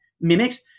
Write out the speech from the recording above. mimics